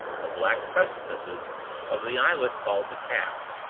the black precipices of the islet called the calf,